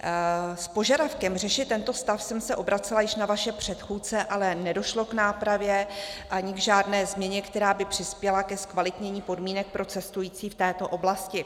S požadavkem řešit tento stav jsem se obracela již na vaše předchůdce, ale nedošlo k nápravě ani k žádné změně, která by přispěla ke zkvalitnění podmínek pro cestující v této oblasti.